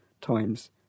times